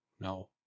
No